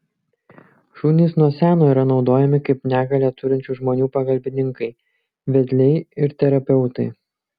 šunys nuo seno yra naudojami kaip negalią turinčių žmonių pagalbininkai vedliai ir terapeutai